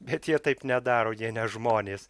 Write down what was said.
bet jie taip nedaro jie ne žmonės